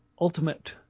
ultimate